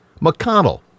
McConnell